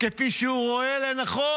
כפי שהוא רואה לנכון.